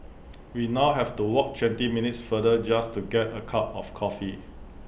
we now have to walk twenty minutes farther just to get A cup of coffee